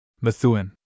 Methuen